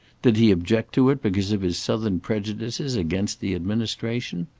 did he object to it because of his southern prejudices against the administration?